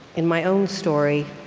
in my own story.